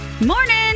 Morning